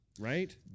right